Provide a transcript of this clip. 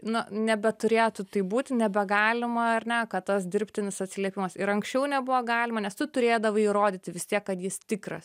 nu nebeturėtų taip būti nebegalima ar ne kad tas dirbtinis atsiliepimas ir anksčiau nebuvo galima nes tu turėdavai įrodyti vis tiek kad jis tikras